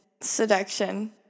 seduction